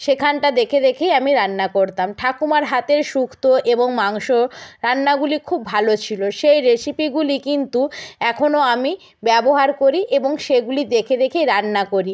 সেখানটা দেখে দেখেই আমি রান্না করতাম ঠাকুমার হাতের শুক্তো এবং মাংস রান্নাগুলি খুব ভালো ছিলো সেই রেসিপিগুলি কিন্তু এখনো আমি ব্যবহার করি এবং সেগুলি দেখে দেখেই রান্না করি